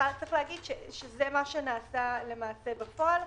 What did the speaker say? הצהרת כוונות.